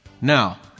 Now